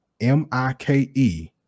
M-I-K-E